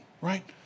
right